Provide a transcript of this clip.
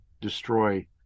destroy